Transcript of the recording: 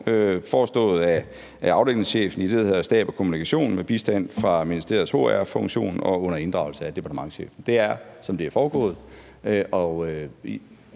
forestået af afdelingschefen i det, der hedder Stab og Kommunikation, med bistand fra ministeriets hr-funktion og under inddragelse af departementschefen. Det er sådan, det er foregået –